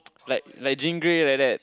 like like Jean-Grey like that